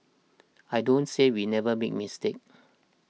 I don't say we never make mistakes